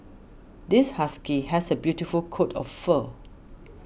this husky has a beautiful coat of fur